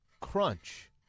crunch